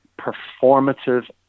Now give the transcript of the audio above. performative